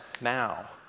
now